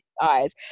eyes